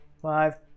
five